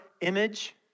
image